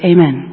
Amen